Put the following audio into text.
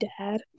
dad